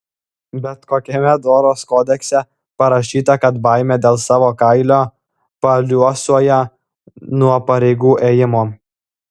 bet kokiame doros kodekse parašyta kad baimė dėl savo kailio paliuosuoja nuo pareigų ėjimo